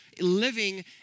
living